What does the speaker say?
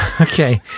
Okay